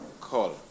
call